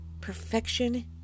Perfection